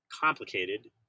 complicated